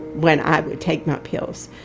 when i would take my pills.